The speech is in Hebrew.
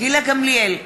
גילה גמליאל,